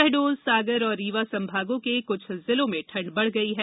शहडोल सागर और रीवा संभागों के कुछ जिलों में ठंड बढ़ गई है